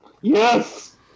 Yes